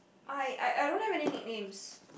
I I I don't have any nicknames